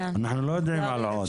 אנחנו לא יודעים על עוד.